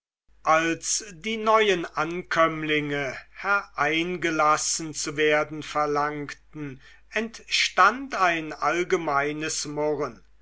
als die neuen ankömmlinge hereingelassen zu werden verlangten entstand ein allgemeines murren